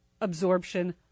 absorption